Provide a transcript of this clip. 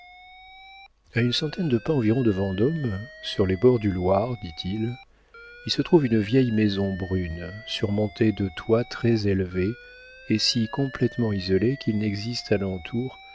a une centaine de pas environ de vendôme sur les bords du loir dit-il il se trouve une vieille maison brune surmontée de toits très élevés et si complétement isolée qu'il n'existe à